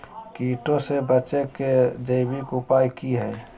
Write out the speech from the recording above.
कीटों से बचे के जैविक उपाय की हैय?